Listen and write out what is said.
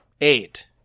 eight